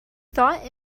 thought